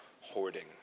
hoarding